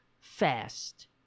fast